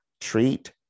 Treat